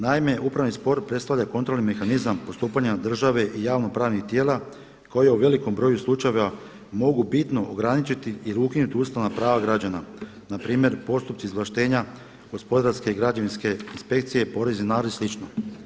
Naime, upravni spor predstavlja kontrolni mehanizam postupanja države i javno pravnih tijela koji u velikom broju slučajeva mogu bitno ograničiti ili ukinuti ustavna prava građana npr. postupci izvlaštenja gospodarske i građevinske inspekcije, … i slično.